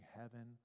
heaven